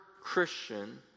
Christian